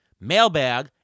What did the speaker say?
mailbag